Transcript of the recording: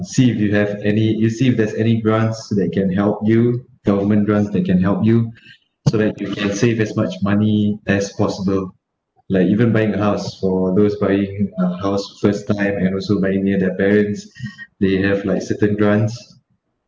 see if you have any you see if there's any grants that can help you government grants that can help you so that you can save as much money as possible like even buying a house for those buying a house first time and also buying near their parents they have like certain grants